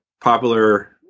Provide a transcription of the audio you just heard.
popular